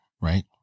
right